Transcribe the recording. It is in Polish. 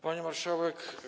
Pani Marszałek!